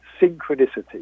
synchronicity